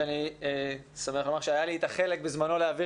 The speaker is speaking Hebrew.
שאני שמח לומר שהיה לי חלק בזמנו להעביר